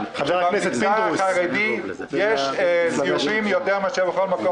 שבמגזר החרדי יש יותר זיופים יותר מאשר בכל מקום אחר.